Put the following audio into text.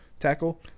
tackle